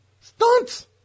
Stunts